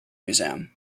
museum